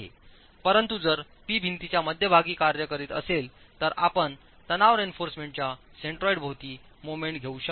परंतु जर P भिंतीच्या मध्यभागी कार्य करीत असेल तर आपण तणाव रेइन्फॉर्समेंटच्या सेन्ट्रॉइड भोवती मोमेंट घेऊ शकता